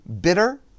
bitter